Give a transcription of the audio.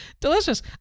delicious